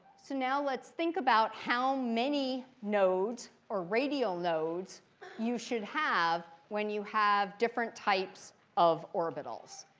so now let's think about how many nodes, or radial nodes you should have when you have different types of orbitals.